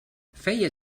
feia